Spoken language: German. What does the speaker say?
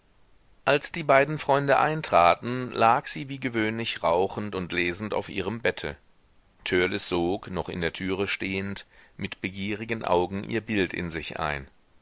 als die beiden freunde eintraten lag sie wie gewöhnlich rauchend und lesend auf ihrem bette törleß sog noch in der türe stehend mit begierigen augen ihr bild in sich ein